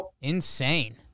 Insane